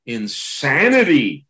insanity